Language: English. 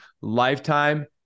lifetime